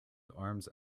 arms